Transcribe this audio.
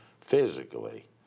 physically